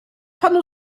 panu